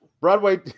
Broadway